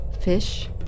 Fish